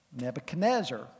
Nebuchadnezzar